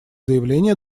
заявление